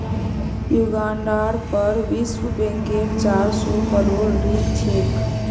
युगांडार पर विश्व बैंकेर चार सौ करोड़ ऋण छेक